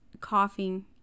coughing